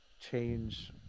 change